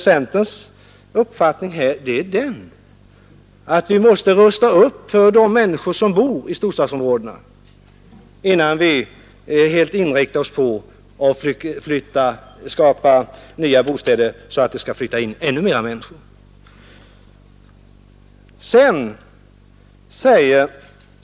Centerns uppfattning är den, att vi måste rusta upp för de människor som bor i storstadsområdena, innan vi helt inriktar oss på att skapa nya bostäder, så att det skall flytta in ännu mera människor.